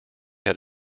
had